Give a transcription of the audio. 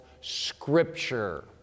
scripture